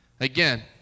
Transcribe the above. Again